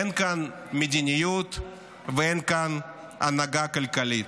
אין כאן מדיניות ואין כאן הנהגה כלכלית.